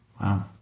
Wow